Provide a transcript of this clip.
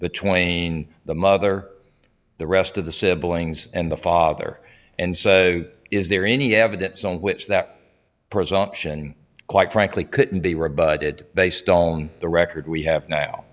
twain the mother the rest of the siblings and the father and so is there any evidence on which that presumption quite frankly couldn't be rebutted based on the record we have